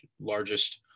largest